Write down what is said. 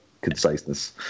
conciseness